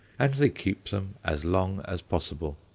and they keep them as long as possible.